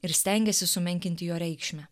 ir stengėsi sumenkinti jo reikšmę